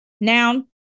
Noun